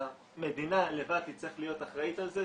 המדינה לבד תצטרך להיות אחראית על זה,